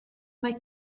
mae